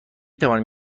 توانم